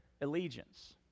allegiance